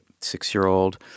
six-year-old